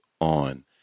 on